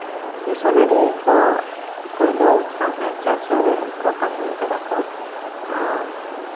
missionary ᱠᱚ ᱯᱳᱭᱞᱳ ᱥᱟᱶᱦᱮᱫ ᱪᱟᱨᱪᱟᱣ ᱨᱮ ᱠᱚ ᱠᱟᱹᱢᱤ ᱟᱠᱟᱫᱟ ᱠᱚ